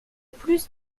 plus